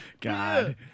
God